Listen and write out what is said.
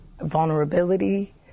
vulnerability